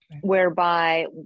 whereby